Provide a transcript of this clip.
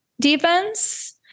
defense